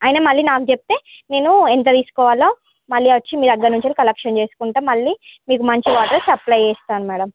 ఆయన మళ్ళీ నాకు చెప్తే నేను ఎంత తీసుకోవాలో మళ్ళీ వచ్చి మీ దగ్గర నుంచి కలెక్షన్ చేసుకుంటా మళ్ళీ మీకు మంచి వాటర్ సప్లై చేస్తా మేడం